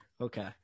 Okay